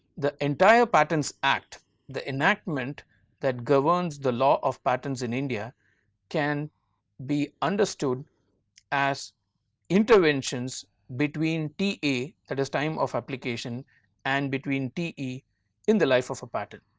the entire patents act the enactment that governs the law of patents in india can be understood as interventions between ta that is time of application and between te in the life of a patent,